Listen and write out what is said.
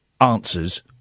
answers